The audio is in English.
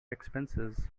expenses